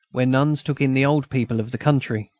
where nuns took in the old people of the country.